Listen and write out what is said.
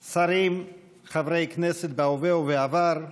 שרים, חברי כנסת בהווה ובעבר,